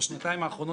בשנתיים האחרונות,